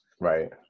right